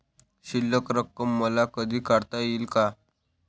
शिल्लक रक्कम मला कधी काढता येईल का?